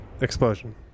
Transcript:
Explosion